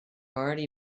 already